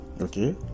Okay